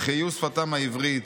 החיו שפתם העברית,